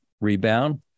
rebound